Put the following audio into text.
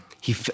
he-